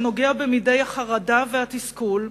שנוגע בנימי החרדה והתסכול,